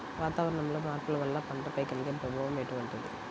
వాతావరణంలో మార్పుల వల్ల పంటలపై కలిగే ప్రభావం ఎటువంటిది?